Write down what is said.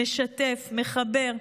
משתף ומחבר,